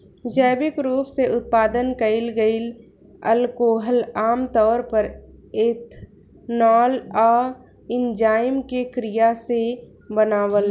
जैविक रूप से उत्पादन कईल गईल अल्कोहल आमतौर पर एथनॉल आ एन्जाइम के क्रिया से बनावल